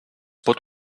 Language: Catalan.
pot